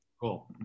cool